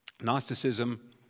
Gnosticism